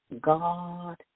God